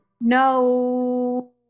No